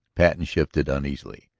patten shifted uneasily.